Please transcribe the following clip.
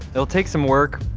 it'll take some work,